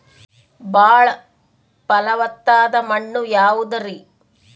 ಬಾಳ ಫಲವತ್ತಾದ ಮಣ್ಣು ಯಾವುದರಿ?